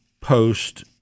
post